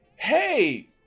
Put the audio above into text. Hey